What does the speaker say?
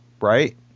right